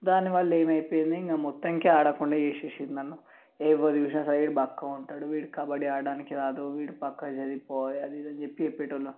దానివల్ల ఏమైపోయింది ఇంకా మొత్తంకే ఆడకుండా చేసేసారు నన్ను ఎవరు చూసినా సరే వీడు బక్కగా ఉంటాడు వీడు కబడ్డీ ఆడటానికి రాదు వీడు ప్రక్కకి జరిగిపోవాలి అది ఇదని చెప్పి చేప్పేవాళ్ళు